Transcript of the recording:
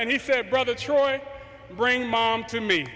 and he said brother troy bring mom to me